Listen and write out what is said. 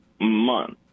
month